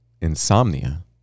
insomnia